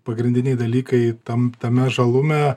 pagrindiniai dalykai tam tame žalume